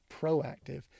proactive